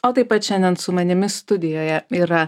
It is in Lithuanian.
o taip pat šiandien su manimi studijoje yra